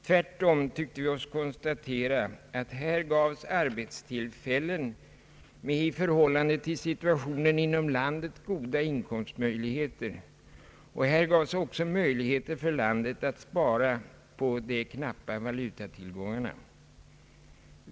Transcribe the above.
Tvärtom tyckte vi oss kunna konstatera att här gavs arbetstillfällen med i förhållande till situationen inom landet goda inkomstmöjligheter. Här gavs också möjligheter för landet att spara på de knappa valutatillgångarna.